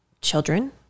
children